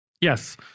Yes